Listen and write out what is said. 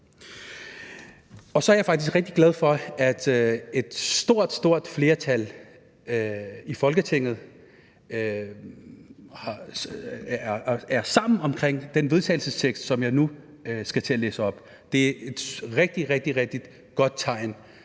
Så er jeg faktisk rigtig glad for, at et stort, stort flertal i Folketinget er sammen om det forslag til vedtagelse, som jeg nu skal til at læse op. Det er et rigtig, rigtig godt tegn